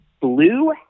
blue